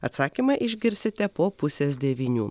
atsakymą išgirsite po pusės devynių